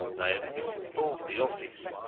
they have misinformed the office,